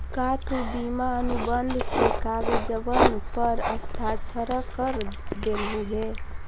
का तु बीमा अनुबंध के कागजबन पर हस्ताक्षरकर देलहुं हे?